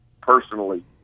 personally